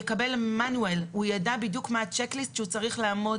ידע בדיוק מה הצ'ק ליסט שהוא צריך לעמוד